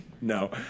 no